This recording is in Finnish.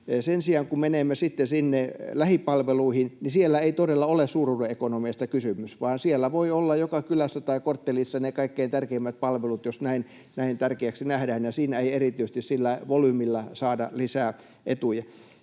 Sen sijaan kun menemme sitten sinne lähipalveluihin, niin siellä ei todella ole suuruuden ekonomiasta kysymys vaan siellä voi olla joka kylässä tai korttelissa ne kaikkein tärkeimmät palvelut, jos näin tärkeäksi nähdään, ja siinä ei erityisesti sillä volyymillä saada lisää etuja.